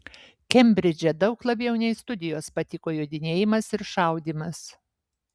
kembridže daug labiau nei studijos patiko jodinėjimas ir šaudymas